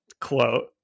quote